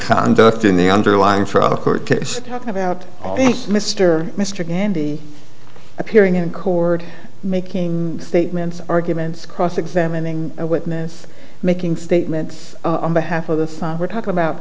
conduct in the underlying for a court case about mr mr gandy appearing in court making statements arguments cross examining a witness making statements behalf of this we're talking about